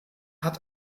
hat